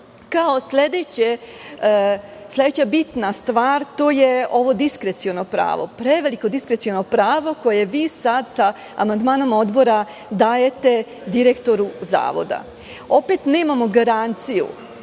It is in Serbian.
sledeća bitna stvar, to je ovo diskreciono pravo, preveliko diskreciono pravo koje vi sad sa amandmanom Odbora dajete direktoru Zavoda. Opet nemamo garanciju